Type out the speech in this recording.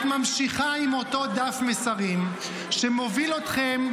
את ממשיכה עם אותו דף מסרים שמוביל אתכם,